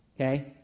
okay